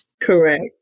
Correct